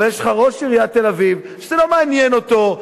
אבל יש לך ראש עיריית תל-אביב שזה לא מעניין אותו,